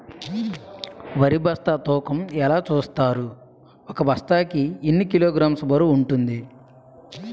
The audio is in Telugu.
వరి బస్తా తూకం ఎలా చూస్తారు? ఒక బస్తా కి ఎన్ని కిలోగ్రామ్స్ బరువు వుంటుంది?